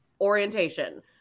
orientation